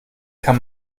kann